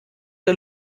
der